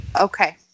Okay